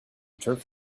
turf